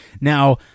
now